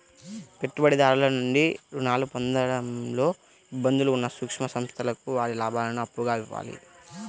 పెట్టుబడిదారుల నుండి రుణాలు పొందడంలో ఇబ్బందులు ఉన్న సూక్ష్మ సంస్థలకు వారి లాభాలను అప్పుగా ఇవ్వాలి